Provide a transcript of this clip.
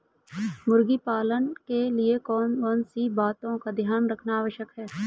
मुर्गी पालन के लिए कौन कौन सी बातों का ध्यान रखना आवश्यक है?